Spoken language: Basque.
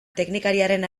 teknikariaren